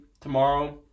tomorrow